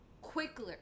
quicker